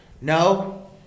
no